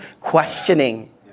questioning